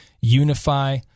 unify